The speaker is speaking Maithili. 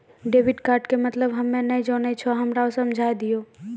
डेबिट कार्ड के मतलब हम्मे नैय जानै छौ हमरा समझाय दियौ?